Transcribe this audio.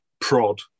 prod